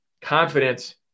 confidence